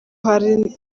hari